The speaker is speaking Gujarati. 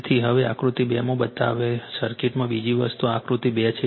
તેથી હવે આકૃતિ 2 માં બતાવેલ સર્કિટમાં બીજી વસ્તુ આ આકૃતિ 2 છે